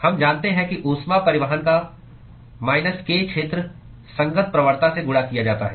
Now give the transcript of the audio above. हम जानते हैं कि उष्मा परिवहन का माइनस k क्षेत्र संगत प्रवणता से गुणा किया जाता है